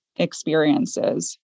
experiences